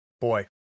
boy